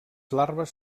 larves